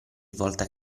volta